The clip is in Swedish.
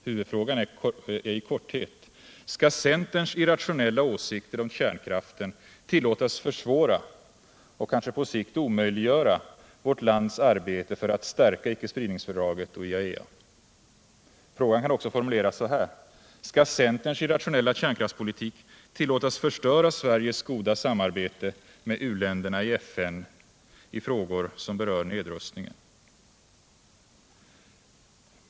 Huvudfrågan är i korthet: Skall centerns irrationella åsikter om kärnkraften tillåtas försvåra — och kanske på sikt omöjliggöra — vårt lands arbete för att stärka ickespridningsfördraget och IAEA? Frågan kan också formuleras så här: Skall centerns irrationella kärnkraftspolitik tillåtas förstöra Sveriges goda samarbete med u-länderna i FN i frågor som berör nedrustningen?